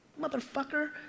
motherfucker